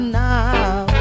now